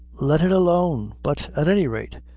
let it alone but, at any rate,